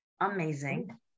Amazing